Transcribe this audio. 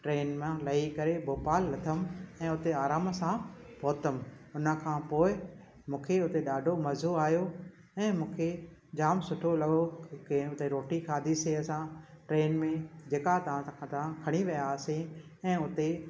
train मां लही करे भोपाल लथमि ऐं उते आराम सां पहुतमि उनखां पोइ मूंखे हुते ॾाढो मज़ो आयो ऐं मूंखे जाम सुठो लॻो हिक हंधु रोटी खाधीसीं असां ट्रेन में जेका तहां तख तां खणी वियासीं ऐं हुते